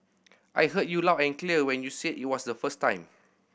I heard you loud and clear when you said it were the first time